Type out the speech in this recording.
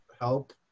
Help